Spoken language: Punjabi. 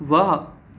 ਵਾਹ